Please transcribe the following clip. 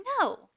No